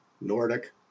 Nordic